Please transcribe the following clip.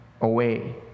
away